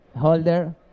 holder